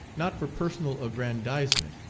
not for personal aggrandizement,